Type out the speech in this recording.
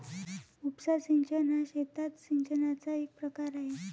उपसा सिंचन हा शेतात सिंचनाचा एक प्रकार आहे